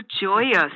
joyous